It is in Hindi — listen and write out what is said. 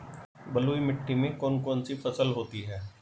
बलुई मिट्टी में कौन कौन सी फसल होती हैं?